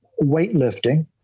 weightlifting